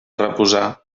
reposar